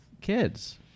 kids